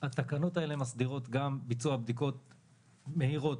התקנות האלה מסדירות גם ביצוע בדיקות מהירות,